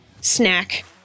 snack